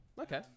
Okay